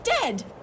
dead